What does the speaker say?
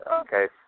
Okay